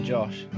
Josh